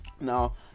Now